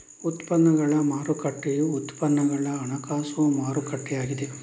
ಉತ್ಪನ್ನಗಳ ಮಾರುಕಟ್ಟೆಯು ಉತ್ಪನ್ನಗಳ ಹಣಕಾಸು ಮಾರುಕಟ್ಟೆಯಾಗಿದೆ